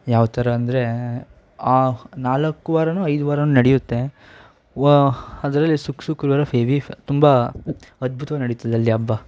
ಯಾವ ಥರ ಅಂದರೆ ಆ ನಾಲ್ಕು ವಾರವೋ ಐದು ವಾರವೋ ನಡೆಯುತ್ತೆ ವ ಅದರಲ್ಲಿ ಶುಕ್ ಶುಕ್ರವಾರ ಹೆವಿ ತುಂಬ ಅದ್ಭುತವಾಗಿ ನಡೀತದಲ್ಲಿ ಹಬ್ಬ